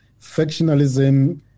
Factionalism